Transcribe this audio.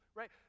right